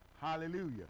Hallelujah